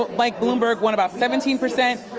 but mike bloomberg won about seventeen percent,